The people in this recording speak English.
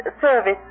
Service